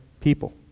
people